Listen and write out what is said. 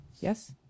Yes